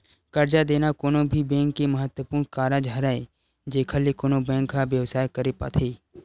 करजा देना कोनो भी बेंक के महत्वपूर्न कारज हरय जेखर ले कोनो बेंक ह बेवसाय करे पाथे